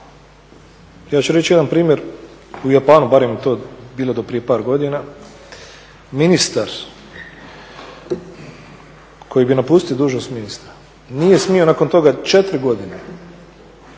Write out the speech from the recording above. Ja ću reći jedan primjer u Japanu barem je to bilo do prije par godina. Ministar koji bi napustio dužnost ministra nije smio nakon toga četiri godine